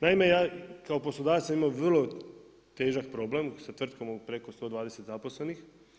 Naime ja kao poslodavac sam imao vrlo težak problem sa tvrtkom od preko 120 zaposlenih.